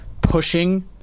pushing